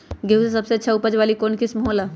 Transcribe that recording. गेंहू के सबसे अच्छा उपज वाली कौन किस्म हो ला?